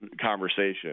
conversation